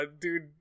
dude